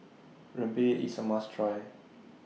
Rempeyek IS A must Try